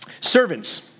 Servants